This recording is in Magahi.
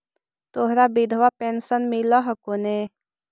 तोहरा विधवा पेन्शन मिलहको ने?